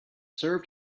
served